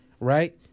Right